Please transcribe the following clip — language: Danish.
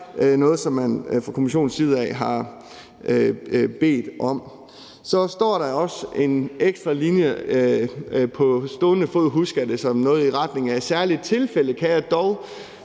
noget, som man fra kommissionens side har bedt om. Så står der også en ekstra linje, som jeg på stående fod husker som noget i retning af: I særlige tilfælde